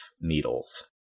needles